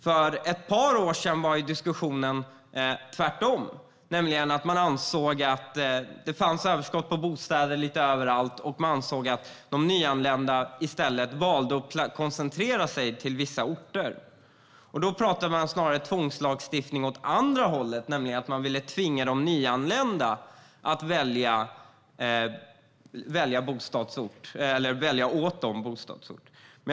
För ett par år sedan var diskussionen tvärtom, nämligen att man ansåg att det fanns överskott på bostäder lite överallt och att de nyanlända i stället valde att koncentrera sig till vissa orter. Då pratade man snarare om tvångslagstiftning åt andra hållet, alltså att man ville välja bostadsort åt de nyanlända.